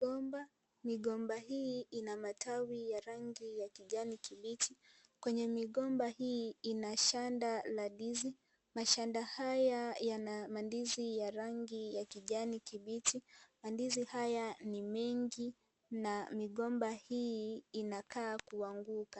Migomba migomba hii ina matawi ya rangi ya kijani kibichi. Kwenye migomba hii ina shada la ndizi. Mashada haya yana mandizi ya rangi ya kijani kibichi. Mandizi haya ni mengi na migomba hii inakaa kuanguka.